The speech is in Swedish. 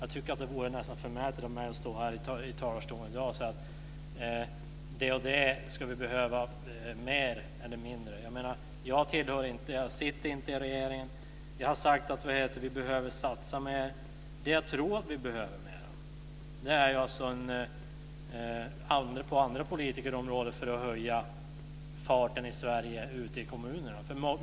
Jag tycker att det vore nästan förmätet av mig att stå här i talarstolen och säga att det och det behöver vi mer eller mindre av. Jag sitter inte i regeringen. Jag har sagt att vi behöver satsa mer. Det jag tror att vi behöver mer av är på andra politikområden för att höja farten i Sverige ute i kommunerna.